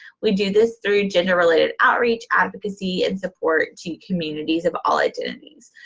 we do this through gender-related outreach, advocacy, and support to communities of all identities.